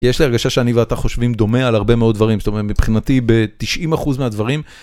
יש לי הרגשה שאני ואתה חושבים דומה על הרבה מאוד דברים, זאת אומרת מבחינתי ב-90% מהדברים.